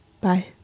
bye